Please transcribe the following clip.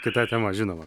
kita tema žinoma